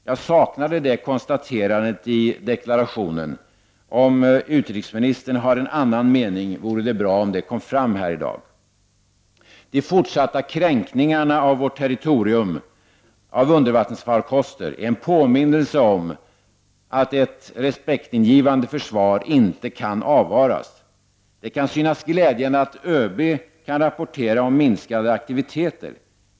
Jag saknade det konstaterandet i deklarationen. Om utrikesministern har en annan mening vore det bra om den kom fram här i dag. De fortsatta kränkningarna av vårt territorium av undervattensfarkoster är en påminnelse om att ett respektingivande försvar inte kan avvaras. Det kan synas glädjande att ÖB kan rapportera om minskade aktiviteter.